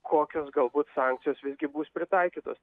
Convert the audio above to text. kokios galbūt sankcijos visgi bus pritaikytos